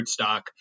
rootstock